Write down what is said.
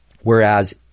Whereas